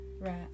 right